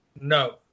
No